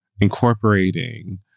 incorporating